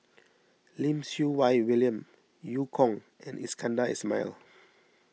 Lim Siew Wai William Eu Kong and Iskandar Ismail